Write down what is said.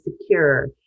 secure